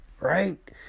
right